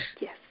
Yes